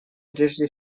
прежде